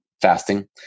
fasting